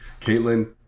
Caitlin